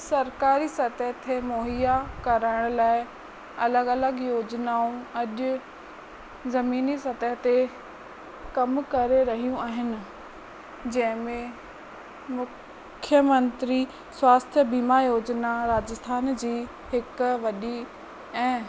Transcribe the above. सरकारी सतह थिए मुहिया करण लाइ अलॻि अलॻि योजनाऊं अॼु जमीनी सतह ते कमु करे रहियूं आहिनि जंहिंमें मुख्यमंत्री स्वास्थ्यु बीमा योजना राजस्थान जी हिक वॾी ऐं